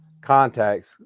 contacts